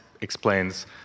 explains